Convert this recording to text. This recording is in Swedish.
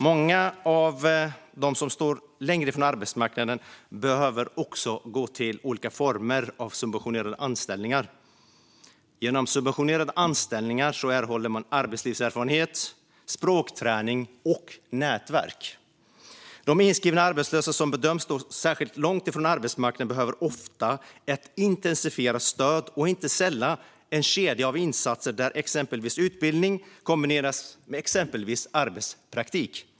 Många av dem som står längre ifrån arbetsmarknaden behöver också gå till olika former av subventionerade anställningar. Genom subventionerade anställningar erhåller de arbetslivserfarenhet, språkträning och nätverk. De inskrivna arbetslösa som bedöms stå särskilt långt ifrån arbetsmarknaden behöver ofta ett intensifierat stöd och inte sällan en kedja av insatser där utbildning kombineras med exempelvis arbetspraktik.